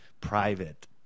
private